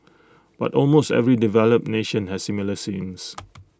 but almost every developed nation has similar schemes